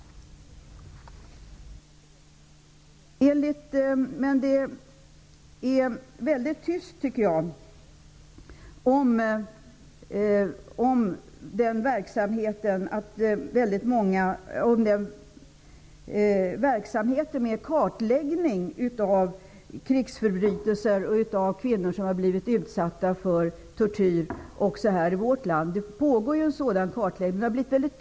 Det är väldigt tyst, tycker jag, också i vårt land om verksamheten med kartläggning av krigsförbrytelser och av kvinnor som har blivit utsatta för tortyr. En sådan här kartläggning pågår ju. Men det har, som sagt, blivit väldigt tyst i det avseendet.